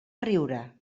riure